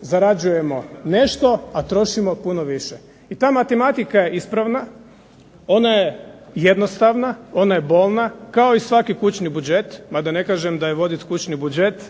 zarađujemo nešto a trošimo puno više. I ta matematika je ispravna, ona je jednostavna, ona je bolna kao i svaki kućni budžet, mada ne kažem da je voditi kućni budžet